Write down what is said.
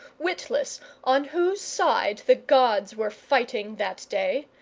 witless on whose side the gods were fighting that day,